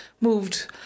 moved